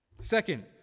Second